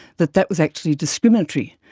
that that was actually discriminatory.